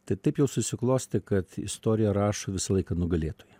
tai taip jau susiklostė kad istoriją rašo visą laiką nugalėtojai